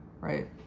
right